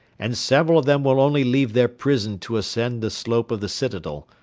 and several of them will only leave their prison to ascend the slope of the citadel,